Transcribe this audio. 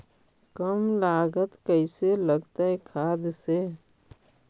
कम लागत कैसे लगतय खाद से?